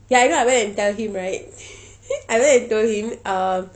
ya you know I went and tell him right I went and told him um